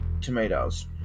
tomatoes